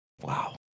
Wow